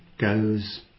goes